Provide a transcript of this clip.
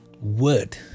word